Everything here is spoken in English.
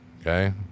okay